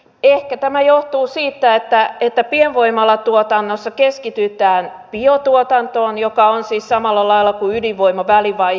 ehkä tämä johtuu siitä että pienvoimalatuotannossa keskitytään biotuotantoon joka on siis samalla lailla kuin ydinvoima välivaihe